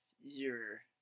year